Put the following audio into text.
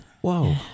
Whoa